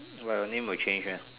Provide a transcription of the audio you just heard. why your name will change meh